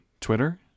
Twitter